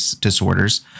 disorders